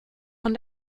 von